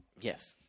Yes